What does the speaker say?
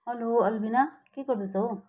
hello Albina के गर्दैछौ हौ